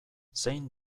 zein